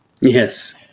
Yes